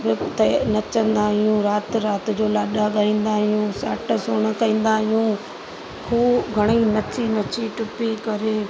उते नचंदा आहियूं राति राति जो लाॾा ॻाईंदा आहियूं साट सौण कईंदा आहियूं ख़ूब घणेई नची नची टुपी करे